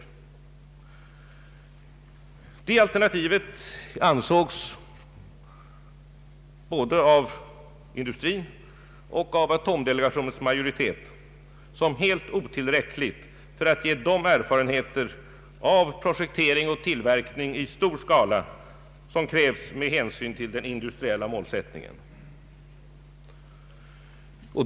Det alternativet ansågs både av industrin och av atomdelegationens majoritet som helt otillräckligt för att ge de erfarenheter av projektering och tillverkning i stor skala som krävs med hänsyn till den industriella målsättningen.